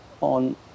on